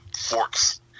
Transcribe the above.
forks